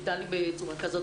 שכולם עכשיו מתנהלים בצורה כזאת.